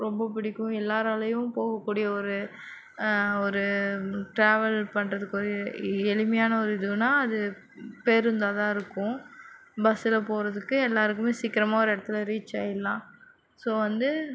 ரொம்ப பிடிக்கும் எல்லாராலேயும் போகக்கூடிய ஒரு ஒரு ட்ராவல் பண்றதுக்கு ஒரு எளிமையான ஒரு இதுனால் அது பேருந்தாகதான் இருக்கும் பஸ்ஸில் போகிறதுக்கு எல்லாருக்குமே சீக்கிரமாக ஒரு இடத்துல ரீச் ஆகிடுலாம் ஸோ வந்து